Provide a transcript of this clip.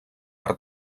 per